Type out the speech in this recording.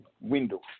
window